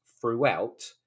throughout